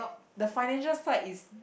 the financial side is